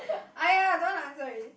!aiya! don't want to answer already